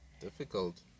Difficult